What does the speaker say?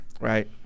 Right